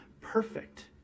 perfect